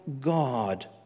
God